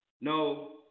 No